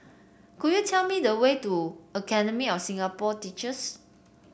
could you tell me the way to Academy of Singapore Teachers